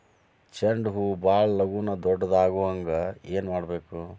ಚಂಡ ಹೂ ಭಾಳ ಲಗೂನ ದೊಡ್ಡದು ಆಗುಹಂಗ್ ಏನ್ ಮಾಡ್ಬೇಕು?